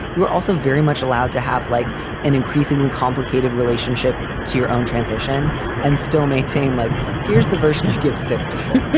you're also very much allowed to have like an increasingly complicated relationship to your own transition and still maintain like here's the version i give, says people.